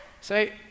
Say